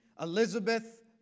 Elizabeth